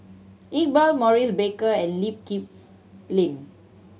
Iqbal Maurice Baker and Lee Kip Lin